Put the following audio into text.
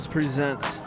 Presents